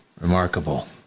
Remarkable